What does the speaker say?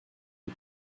les